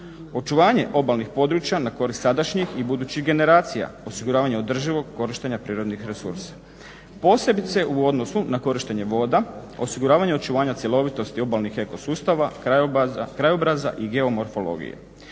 očuvanje obalnih područja na korist sadašnjih i budućih generacija, osiguravanje održivog korištenja prirodnih resursa, posebice u odnosu na korištenje voda, osiguravanje očuvanja cjelovitosti obalnih ekosustava, krajobraza i geomorfologije,